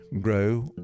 grow